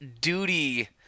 duty